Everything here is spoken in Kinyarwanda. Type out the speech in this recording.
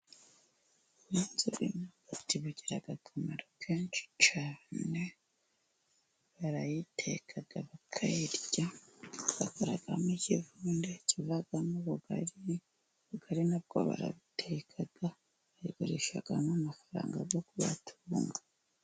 Urubanza rw'imyumbati bugira akamaro kenshi cyane, barayiteka bakayirya, bakoramo ikivunde kivamo ubugari, ubugari nabwo barabuteka, bakabugurisha, bakabonamo amafaranga yo kubatatunga.